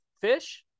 fish